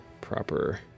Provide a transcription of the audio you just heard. proper